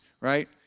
right